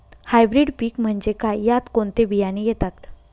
Hybrid पीक म्हणजे काय? यात कोणते बियाणे येतात?